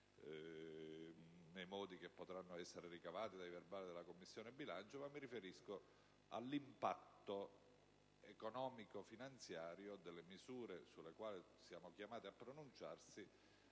nei modi che potranno essere ricavati dai resoconti della Commissione bilancio, ma mi riferisco all'impatto economico‑finanziario delle misure sulle quali siamo chiamati a pronunciarci: